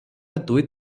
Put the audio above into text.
ଦୁଇ